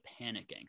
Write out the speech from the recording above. panicking